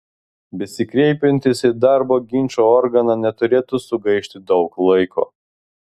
besikreipiantys į darbo ginčų organą neturėtų sugaišti daug laiko